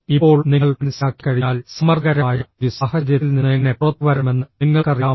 ഇപ്പോൾ നിങ്ങൾ മനസ്സിലാക്കിക്കഴിഞ്ഞാൽ സമ്മർദ്ദകരമായ ഒരു സാഹചര്യത്തിൽ നിന്ന് എങ്ങനെ പുറത്തുവരണമെന്ന് നിങ്ങൾക്കറിയാമോ